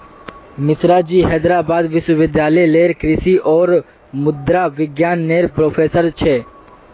मिश्राजी हैदराबाद विश्वविद्यालय लेरे कृषि और मुद्रा विज्ञान नेर प्रोफ़ेसर छे